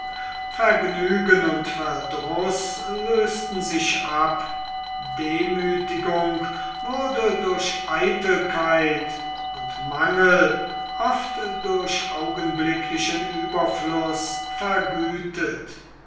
vergnügen und verdruß lösten sich ab demütigung wurde durch eitelkeit und mangel oft durch augenblicklichen überfluß vergütet